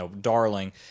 Darling